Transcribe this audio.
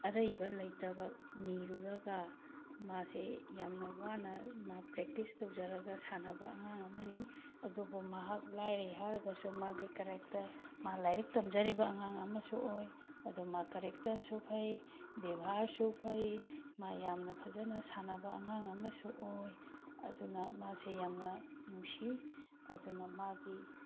ꯑꯔꯩꯕ ꯂꯩꯇꯕ ꯅꯤꯔꯨꯔꯒ ꯃꯥꯁꯦ ꯌꯥꯝꯅ ꯋꯥꯅ ꯃꯥ ꯄ꯭ꯔꯦꯛꯇꯤꯁ ꯇꯧꯖꯔꯒ ꯁꯥꯟꯅꯕ ꯑꯉꯥꯡ ꯑꯃꯅꯤ ꯑꯗꯨꯕꯨ ꯃꯍꯥꯛ ꯂꯥꯏꯔꯩ ꯍꯥꯏꯔꯒꯁꯨ ꯃꯥꯒꯤ ꯀꯦꯔꯦꯛꯇꯔ ꯃꯥ ꯂꯥꯏꯔꯤꯛ ꯇꯝꯖꯔꯤꯕ ꯑꯉꯥꯡ ꯑꯃꯁꯨ ꯑꯣꯏ ꯑꯗꯨ ꯃꯥ ꯀꯔꯦꯛꯇꯔꯁꯨ ꯐꯩ ꯚꯦꯚꯥꯔꯁꯨ ꯐꯩ ꯃꯥ ꯌꯥꯝꯅ ꯐꯖꯅ ꯁꯥꯟꯅꯕ ꯑꯉꯥꯡ ꯑꯃꯁꯨ ꯑꯣꯏ ꯑꯗꯨꯅ ꯃꯥꯁꯦ ꯌꯥꯝꯅ ꯅꯨꯡꯁꯤ ꯑꯗꯨꯅ ꯃꯥꯒꯤ